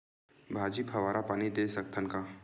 भाजी फवारा पानी दे सकथन का?